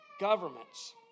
governments